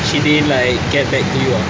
she didn't like get back to you ah